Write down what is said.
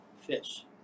fish